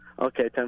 Okay